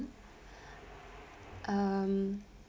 um